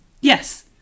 Yes